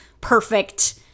perfect